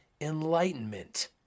Enlightenment